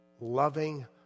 loving